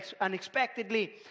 unexpectedly